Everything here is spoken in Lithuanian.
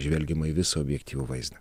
žvelgiama į visą objektyvų vaizdą